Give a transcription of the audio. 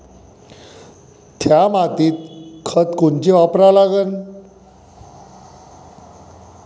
थ्या मातीत खतं कोनचे वापरा लागन?